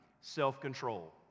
Self-control